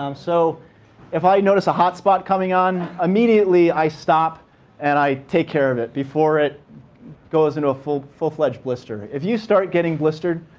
um so if i notice a hot spot coming on, immediately, i stop and i take care of it, before it goes into a full full fledged blister. if you start getting blistered,